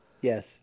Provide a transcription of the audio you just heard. yes